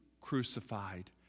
crucified